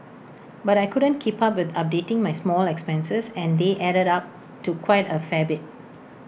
but I couldn't keep up with updating my small expenses and they added up to quite A fair bit